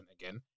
again